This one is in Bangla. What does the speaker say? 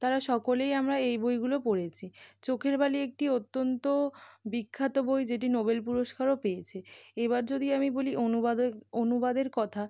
তারা সকলেই আমরা এই বইগুলো পড়েছি চোখের বালি একটি অত্যন্ত বিখ্যাত বই যেটি নোবেল পুরস্কারও পেয়েছে এবার যদি আমি বলি অনুবাদের অনুবাদের কথা